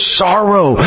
sorrow